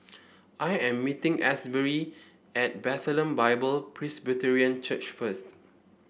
I am meeting Asberry at Bethlehem Bible Presbyterian Church first